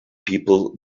people